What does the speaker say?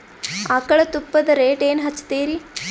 ಆಕಳ ತುಪ್ಪದ ರೇಟ್ ಏನ ಹಚ್ಚತೀರಿ?